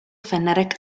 phonetic